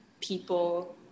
people